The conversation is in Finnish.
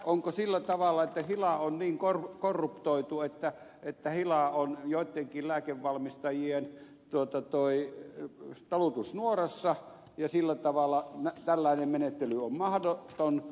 onko sillä tavalla että hila on niin korruptoitunut että hila on joittenkin lääkevalmistajien talutusnuorassa ja sillä tavalla tällainen menettely on mahdoton